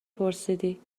پرسیدی